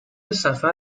سفر